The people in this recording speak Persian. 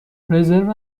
رزرو